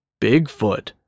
Bigfoot